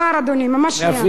אני אפילו לא מעיר לך.